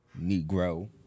Negro